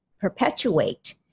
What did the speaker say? perpetuate